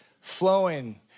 flowing